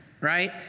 right